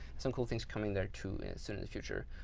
some cool things coming there too and soon in the future.